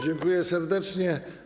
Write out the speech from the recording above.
Dziękuję serdecznie.